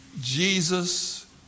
Jesus